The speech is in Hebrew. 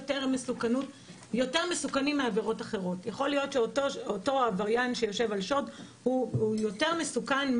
יכול להיות שאותו עבריין שיושב על שוד הוא יותר מסוכן.